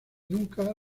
nunca